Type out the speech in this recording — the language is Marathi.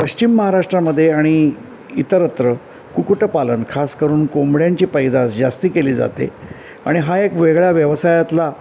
पश्चिम महाराष्ट्रामध्ये आणि इतरत्र कुक्कुटपालन खासकरून कोंबड्यांची पैदास जास्त केली जाते आणि हा एक वेगळ्या व्यवसायातला